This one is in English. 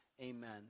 Amen